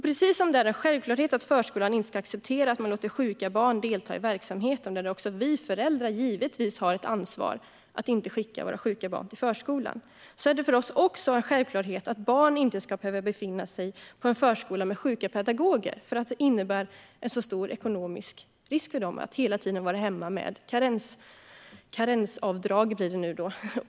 Precis som det är en självklarhet att förskolan inte accepterar att man låter sjuka barn delta i verksamheten - vi föräldrar har givetvis ett ansvar att inte skicka våra sjuka barn till förskolan - är det för oss också en självklarhet att barn inte ska behöva befinna sig på en förskola där pedagogerna är sjuka för att det innebär en så stor ekonomisk risk för dem att vara hemma med karensavdrag på karensavdrag, som det nu blir.